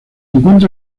encuentra